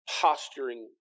posturing